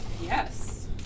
Yes